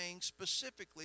specifically